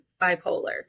bipolar